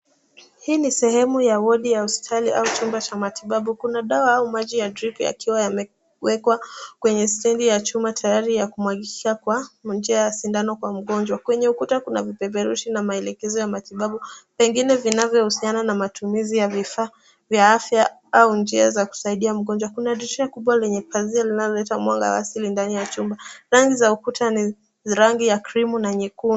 Hii ni sehemu ya wodi ya hospitali au chumba cha matibabu, kuna dawa au maji ya dripu yamewekwa kwenye stendi ya chuma tayari ya kumwagika kwa njia ya sindano kwa mgonjwa. Kwenye ukuta kuna vipeperushi na maelekezo ya matibabu pengine vinavyohusiana na matumizi ya vifaa vya afya au njia za kusaidia mgonjwa. Kuna dirisha kubwa lenye pazia linaloleta mwanga wa asili ndani ya chumba. Rangi za ukuta ni rangi ya krimu na nyekundu.